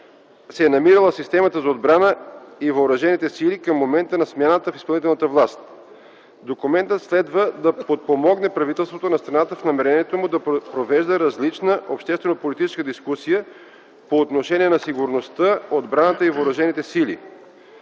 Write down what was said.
се е намирала системата за отбраната и въоръжените сили към момента на смяната на изпълнителната власт. Документът следва да подпомогне правителството на страната в намерението му да провежда различна обществено-политическа дискусия по отношение на сигурността, отбраната и въоръжените сили.